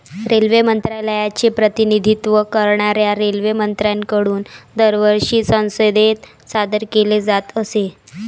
railway मंत्रालयाचे प्रतिनिधित्व करणाऱ्या रेल्वेमंत्र्यांकडून दरवर्षी संसदेत सादर केले जात असे